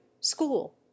school